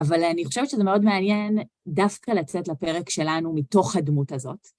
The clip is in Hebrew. אבל אני חושבת שזה מאוד מעניין דווקא לצאת לפרק שלנו מתוך הדמות הזאת.